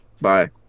Bye